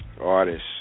artists